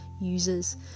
users